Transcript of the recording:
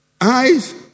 Eyes